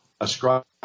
Ascribe